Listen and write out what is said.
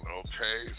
okay